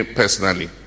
personally